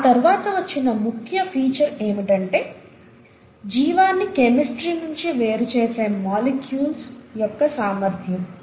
ఆ తర్వాత వచ్చిన ముఖ్య ఫీచర్ ఏమిటంటే జీవాన్ని కెమిస్ట్రీ నుంచి వేరు చేసే మాలిక్యూల్స్ యొక్క సామర్ధ్యం